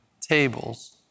tables